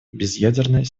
безъядерной